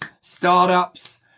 startups